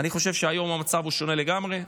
אני חושב שהיום המצב הוא שונה לגמרי,